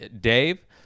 Dave